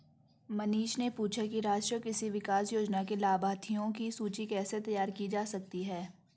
मनीष ने पूछा कि राष्ट्रीय कृषि विकास योजना के लाभाथियों की सूची कैसे तैयार की जा सकती है